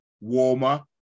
warmer